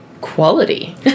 quality